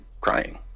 crying